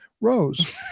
Rose